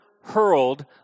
hurled